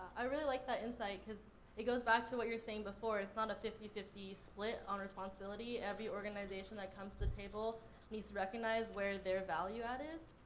i really like that insight because it goes back to what you're saying before, it's not a fifty fifty split on responsibility. every organization that comes to the table needs to recognize where their value-add is.